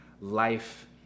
life